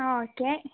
ആ ഓക്കെ